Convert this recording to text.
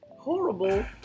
Horrible